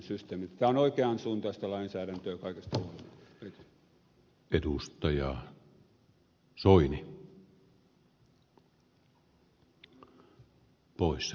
tämä on oikean suuntaista lainsäädäntöä kaikesta huolimatta